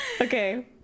Okay